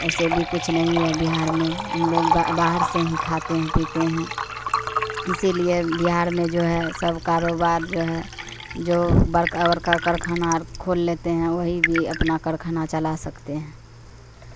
ایسے بھی کچھ نہیں ہے بہار میں ہم لوگ باہر سے ہی کھاتے ہیں پیتے ہیں اسی لیے بہار میں جو ہے سب کاروبار جو ہے جو بڑکا بڑکا کارخانہ کھول لیتے ہیں وہی بھی اپنا کارخانہ چلا سکتے ہیں